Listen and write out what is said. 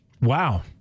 Wow